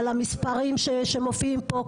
על המספרים שמופיעים פה.